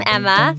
Emma